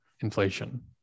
inflation